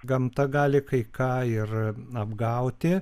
gamta gali kai ką ir apgauti